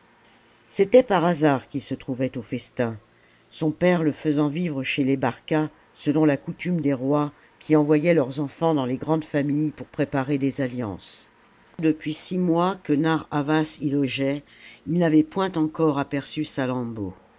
c'était par hasard qu'il se trouvait au festin son père le faisant vivre chez les barca selon la coutume des rois qui envoyaient leurs enfants dans les grandes familles pour préparer des alliances depuis six mois que narr'havasy logeait il n'avait point encore aperçu